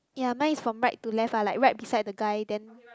ya mine is from right to left like right beside the guy then